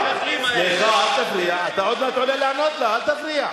סליחה, אל תפריע.